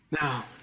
Now